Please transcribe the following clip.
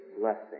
blessing